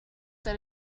that